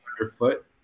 underfoot